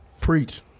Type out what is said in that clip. Preach